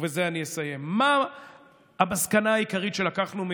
ובזה אני אסיים: מה המסקנה העיקרית שלקחנו?